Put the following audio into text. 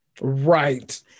Right